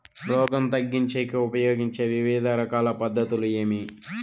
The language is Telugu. రోగం తగ్గించేకి ఉపయోగించే వివిధ రకాల పద్ధతులు ఏమి?